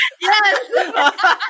Yes